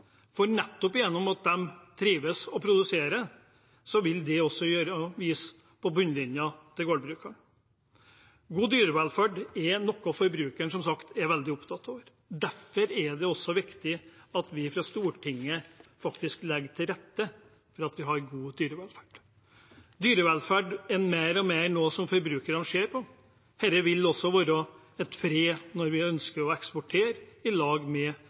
for nettopp gjennom at de trives og produserer, vil det også vises på bunnlinjen til gårdbrukeren. God dyrevelferd er som sagt noe forbrukeren er veldig opptatt av. Derfor er det også viktig at vi fra Stortinget faktisk legger til rette for at vi har god dyrevelferd. Dyrevelferd er mer og mer noe som forbrukerne ser på. Dette vil også være et pre når vi ønsker å eksportere, sammen med